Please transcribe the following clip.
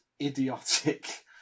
idiotic